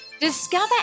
discover